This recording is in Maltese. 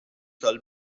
tal